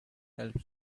help